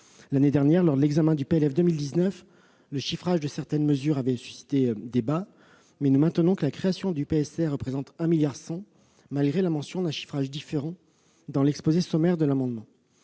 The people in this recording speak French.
L'année dernière, lors de l'examen du PLF pour 2019, le chiffrage de certaines mesures avait suscité débat, mais nous maintenons que la création de ce prélèvement sur recettes représente 1,1 milliard d'euros, malgré la mention d'un chiffrage différent dans l'exposé sommaire de l'amendement.